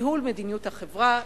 ניהול מדיניות החברה,